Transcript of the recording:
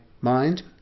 mind